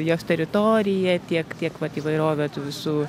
jos teritorija tiek tiek vat įvairovė tų visų